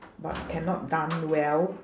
but cannot dance well